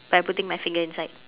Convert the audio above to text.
by putting my finger inside